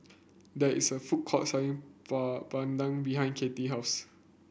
there is a food court selling Papadum behind Kathy house